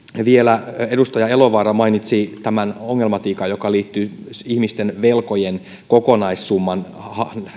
vielä edustaja elovaara mainitsi tämän ongelmatiikan joka liittyy ihmisten velkojen kokonaissumman